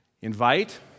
Invite